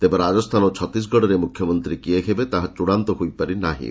ତେବେ ରାଜସ୍ଥାନ ଓ ଛତିଶଗଡ଼ରେ ମୁଖ୍ୟମନ୍ତ୍ରୀ କିଏ ହେବେ ତାହା ଚ ଡ଼ାନ୍ତ ହୋଇପାରି ନାହିଁ